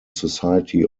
society